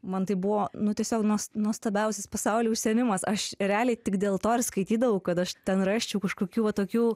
man tai buvo nu tiesiog nuos nuostabiausias pasauly užsiėmimas aš realiai tik dėl to ir skaitydavau kad aš ten rasčiau kažkokių va tokių